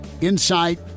Insight